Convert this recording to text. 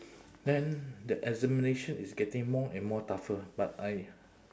then the examination is getting more and more tougher but I